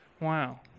Wow